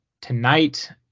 Tonight